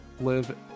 live